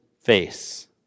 face